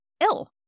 ill